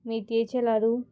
मेथयेचें लाडू